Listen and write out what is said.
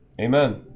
Amen